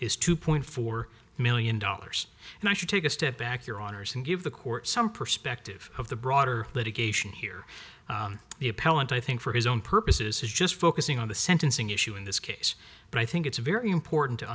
is two point four million dollars and i should take a step back to your honor's and give the court some perspective of the broader litigation here the appellant i think for his own purposes is just focusing on the sentencing issue in this case but i think it's very important to